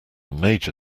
major